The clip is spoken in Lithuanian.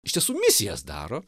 iš tiesų misijas daro